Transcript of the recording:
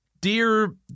Dear